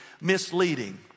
misleading